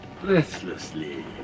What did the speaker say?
Restlessly